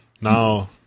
now